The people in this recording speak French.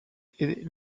est